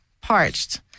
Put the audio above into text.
parched